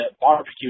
Barbecue